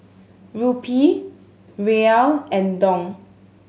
Rupee Riel and Dong